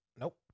Nope